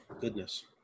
Goodness